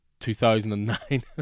2009